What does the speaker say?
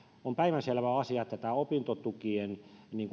on päivänselvä asia että opintotukien